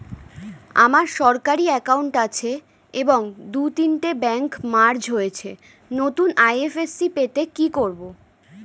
আমার সরকারি একাউন্ট আছে এবং দু তিনটে ব্যাংক মার্জ হয়েছে, নতুন আই.এফ.এস.সি পেতে কি করব?